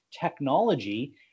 technology